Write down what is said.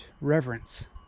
reverence